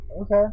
Okay